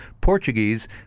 Portuguese